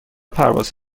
پرواز